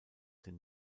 den